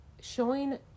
showing